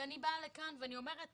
כי אני באה לכאן ואני אומרת